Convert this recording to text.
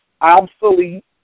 obsolete